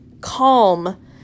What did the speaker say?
calm